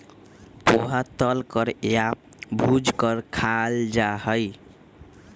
पोहा तल कर या भूज कर खाल जा हई